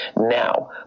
Now